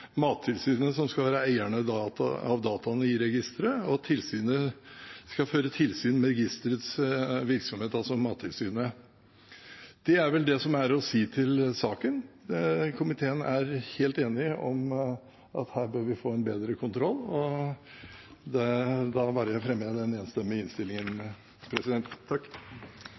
skal være eier av dataene i registeret, og at Mattilsynet skal føre tilsyn med registerets virksomhet. Det er vel det som er å si til saken. Komiteen er helt enig om at her bør vi få en bedre kontroll, og